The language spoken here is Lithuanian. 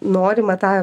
norima tą